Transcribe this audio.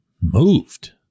moved